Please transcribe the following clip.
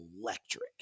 electric